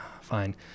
Fine